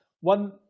One